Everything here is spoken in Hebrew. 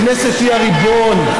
הכנסת היא הריבון.